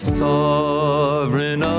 sovereign